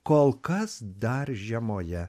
kol kas dar žemoje